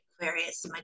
Aquarius